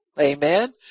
Amen